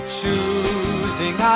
choosing